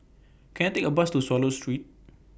Can I Take A Bus to Swallow Street